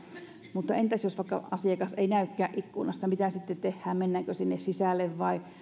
mutta entäs jos asiakas ei vaikka näykään ikkunasta mitä sitten tehdään mennäänkö sinne sisälle vai